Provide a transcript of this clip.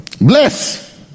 Bless